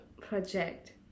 project